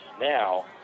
now